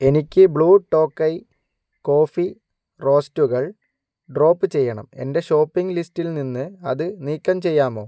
എനിക്ക് ബ്ലൂ ടോക്കൈ കോഫി റോസ്റ്റുകൾ ഡ്രോപ്പ് ചെയ്യണം എന്റെ ഷോപ്പിംഗ് ലിസ്റ്റിൽ നിന്ന് അത് നീക്കം ചെയ്യാമോ